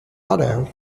otto